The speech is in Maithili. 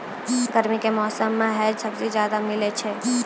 गर्मी के मौसम मं है सब्जी ज्यादातर मिलै छै